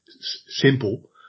simple